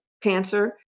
cancer